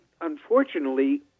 unfortunately